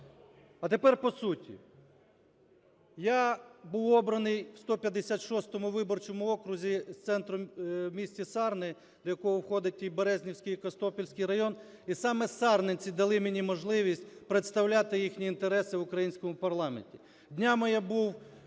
А тепер по суті. Я був обраний у 156 виборчому окрузі із центром у місті Сарни, до якого входить і Березнівський, і Костопільський райони, і саме сарненці дали мені можливість представляти їхні інтереси в українському парламенті. Днями я був